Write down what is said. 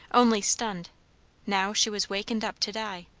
only stunned now she was wakened up to die.